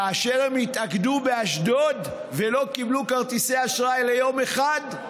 כאשר הם התאגדו באשדוד ולא קיבלו כרטיסי אשראי ליום אחד,